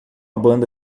banda